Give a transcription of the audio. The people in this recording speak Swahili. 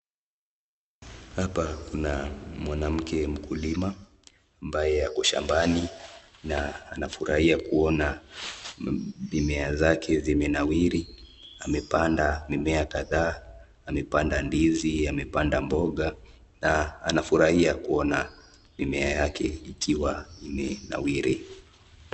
Hapa kuna mwanamke mkulima ambaye ako shambani na anafurahia kuona mimea zake zimenawiri. Amepanda mimea kadhaa, amepanda ndizi, amepanda mboga na anafurahia kuona mimea yake ikiwa imenawiri.